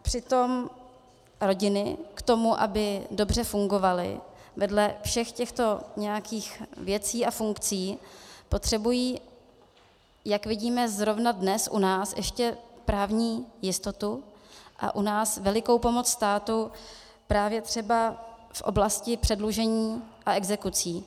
Přitom rodiny k tomu, aby dobře fungovaly, vedle všech těchto nějakých věcí a funkcí potřebují, jak vidíme zrovna dnes u nás, ještě právní jistotu a u nás velikou pomoc státu právě třeba z oblasti předlužení a exekucí.